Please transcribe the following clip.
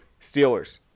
Steelers